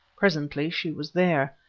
presently she was there.